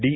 D